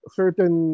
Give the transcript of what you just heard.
certain